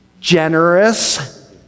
generous